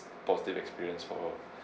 positive experience for all